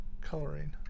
coloring